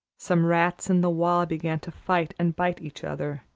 some rats in the wall began to fight and bite each other,